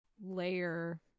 layer